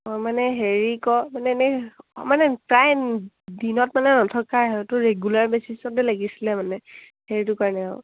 অঁ মানে হেৰি আকৌ মানে এনেই মানে প্ৰায় দিনত মানে নথকায় হয়তো ৰেগুলাৰ বেচিছতে লাগিছিলে মানে সেইটো কাৰণে আৰু